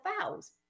fouls